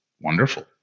wonderful